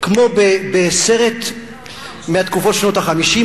כמו בסרט מתקופת שנות ה-50,